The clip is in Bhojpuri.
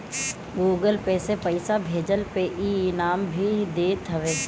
गूगल पे से पईसा भेजला पे इ इनाम भी देत हवे